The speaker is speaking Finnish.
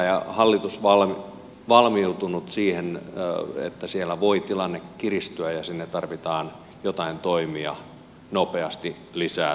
onko hallitus valmistautunut siihen että siellä voi tilanne kiristyä ja sinne tarvitaan jotain toimia nopeasti lisää tai uudelleen